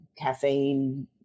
caffeine